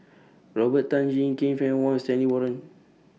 Robert Tan Jee Keng Fann Wong Stanley Warren